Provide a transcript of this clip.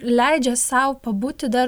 leidžia sau pabūti dar